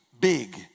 big